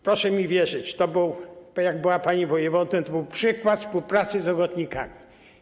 Proszę mi wierzyć, jak była pani wojewodą, to był przykład współpracy z ochotnikami.